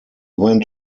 went